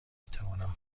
میتوانم